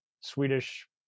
Swedish